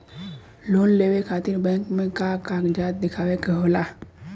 Loan लेवे खातिर bank मे का कागजात दिखावे के होला?